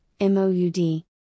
MOUD